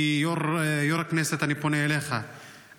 אני פונה אליך כיו"ר הכנסת,